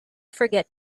forget